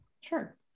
Sure